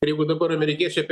ir jeigu dabar amerikiečiai apie